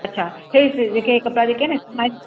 अच्छा ही जे जेके कपिड़ा जेके आहिनि